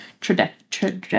trajectory